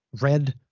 red